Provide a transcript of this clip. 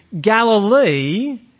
Galilee